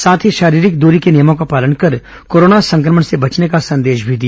साथ ही शारीरिक दूरी के नियमों का पालन कर कोरोना संक्रमण से बचने का संदेश भी दिया